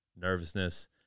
nervousness